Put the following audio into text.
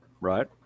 Right